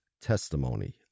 testimony